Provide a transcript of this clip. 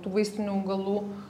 tų vaistinių augalų